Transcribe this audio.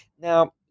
Now